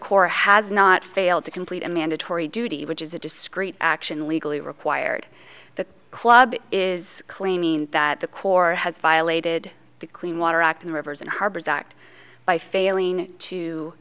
corps has not failed to complete a mandatory duty which is a discrete action legally required the club is claiming that the corps has violated the clean water act in rivers and harbors act by failing to